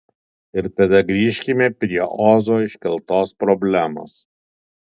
ir tada grįžkime prie ozo iškeltos problemos